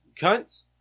Cunts